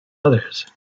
others